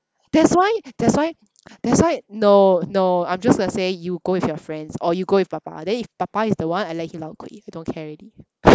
that's why that's why that's why no no I'm just gonna say you go with your friends or you go with 爸爸 then if 爸爸 is the one I let him lao kui I don't care already